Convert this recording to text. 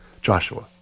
Joshua